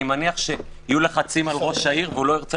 אני מניח שיהיו לחצים על ראש העיר ולא ירצה